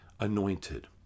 Anointed